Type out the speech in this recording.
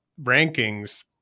rankings